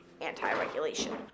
anti-regulation